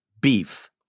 beef